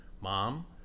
mom